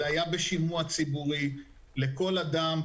זה היה בשימוע ציבורי לכל אדם,